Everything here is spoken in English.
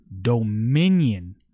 dominion